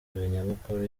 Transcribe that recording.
nyamukuru